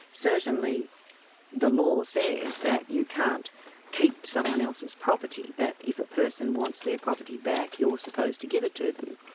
certainly the law says that you can't keep someone else's property, that if a person wants their property back, you're supposed to give it to them.